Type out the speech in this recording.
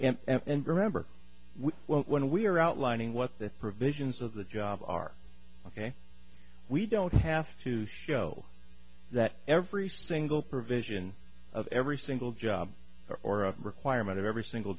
and remember we well when we are outlining what the provisions of the job are ok we don't have to show that every single provision of every single job or or requirement of every single